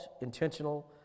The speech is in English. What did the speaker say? intentional